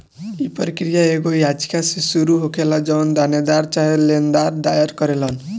इ प्रक्रिया एगो याचिका से शुरू होखेला जवन देनदार चाहे लेनदार दायर करेलन